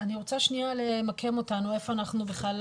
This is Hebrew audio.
אני רוצה שנייה למקם אותנו, איפה אנחנו בכלל.